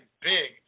big